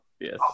yes